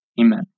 Amen